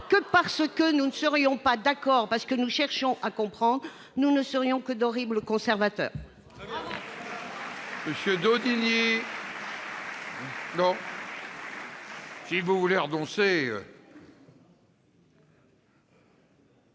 que, parce que nous ne sommes pas d'accord, parce que nous cherchons à comprendre, nous ne serions que d'horribles conservateurs